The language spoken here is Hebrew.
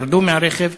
ירדו מהרכב,